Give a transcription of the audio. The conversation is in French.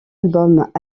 albums